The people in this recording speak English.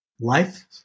Life